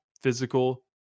physical